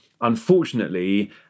Unfortunately